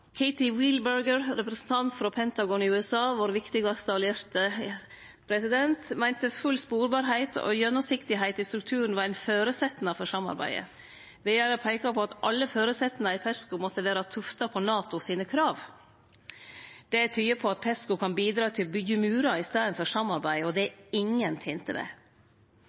åtvara. Katie Wheelbarger, representant frå Pentagon i USA, vår viktigaste allierte, meinte full sporbarheit og gjennomsiktigheit i strukturen var ein føresetnad for samarbeidet. Vidare peika ho på at alle føresetnadene i PESCO måtte vere tufta på NATOs krav. Det tyder på at PESCO kan bidra til å byggje murar i staden for samarbeid. Det er ingen tente med.